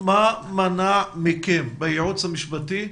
מנע מכם בייעוץ המשפטי,